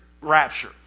rapture